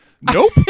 Nope